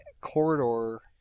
corridor